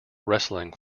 wrestling